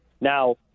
now